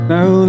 Now